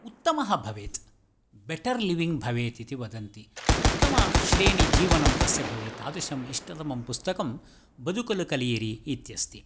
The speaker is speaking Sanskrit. उत्तमः भवेत् बेटर्लिविङ्ग् भवेत् इति वदन्ति उत्तमश्रेणिजीवनं तस्य भवेत् तादृशम् इष्टतमं पुस्तकं बदुकलु कलियिरि इत्यस्ति